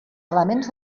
elements